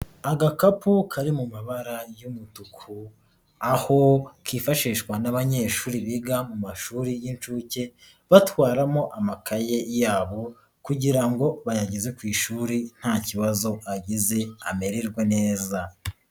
Agakapu kari mu mabara y'umutuku, aho kifashishwa n'abanyeshuri biga mu mashuri y'inshuke, batwaramo amakaye yabo kugira ngo bayageze ku ishuri, nta kibazo agize amererwe neza.